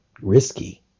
risky